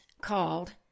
called